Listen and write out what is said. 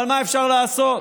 אבל מה אפשר לעשות?